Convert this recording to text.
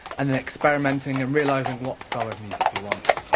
and then experimenting and realising what style of music you want.